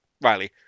Riley